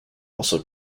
also